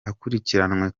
akurikiranwe